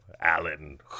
Alan